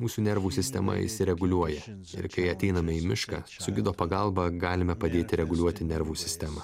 mūsų nervų sistema išsireguliuoja ir kai ateiname į mišką su gido pagalba galime padėti reguliuoti nervų sistemą